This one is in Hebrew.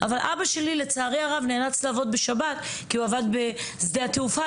אבל אבא שלי לצערי הרב נאלץ לעבוד בשבת כי הוא עבד בשדה התעופה.